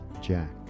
Jack